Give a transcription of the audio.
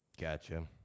Gotcha